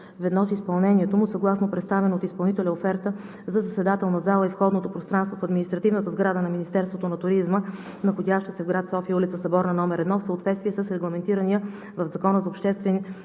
ведно с изпълнението му, съгласно представена от изпълнителя оферта за заседателна зала и входното пространство в административната сграда на Министерството на туризма, находяща се в град София, улица „Съборна“ № 1, в съответствие с регламентирания в Закона за обществените